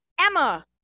Emma